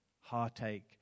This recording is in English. heartache